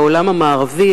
בעולם המערבי,